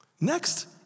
Next